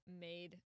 made